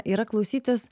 yra klausytis